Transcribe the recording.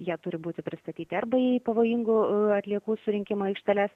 jie turi būti pristatyti arba į pavojingų atliekų surinkimo aikšteles